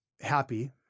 happy